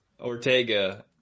Ortega